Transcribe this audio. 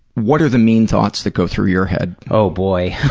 what are the mean thoughts that go through your head? oh, boy.